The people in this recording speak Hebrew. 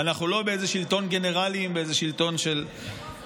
ואנחנו לא באיזה שלטון גנרלים, באיזה שלטון צבאי.